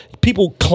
People